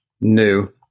new